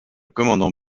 commandant